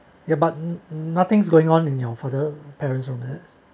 ya but nothing's going on in your for the parents only